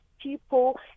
people